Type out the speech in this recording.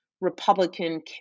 Republican